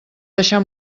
deixar